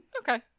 Okay